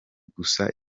gusa